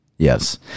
Yes